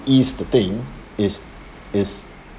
ease the thing is is